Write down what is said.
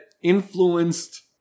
influenced